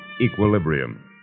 equilibrium